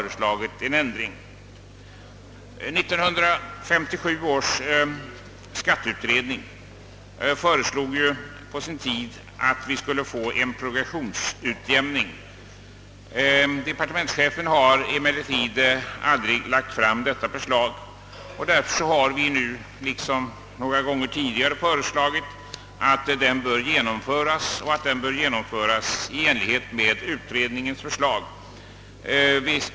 1957 års skatteutredning föreslog ju på sin tid att vi skulle få en progressionsutjämning. Departementschefen har emellertid aldrig lagt fram detta förslag. Därför har vi nu liksom några gånger tidigare föreslagit att denna progressionsutjämning genomföres i enlighet med utredningens förslag.